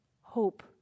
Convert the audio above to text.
hope